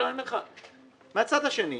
מהצד השני,